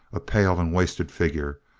a pale and wasted figure,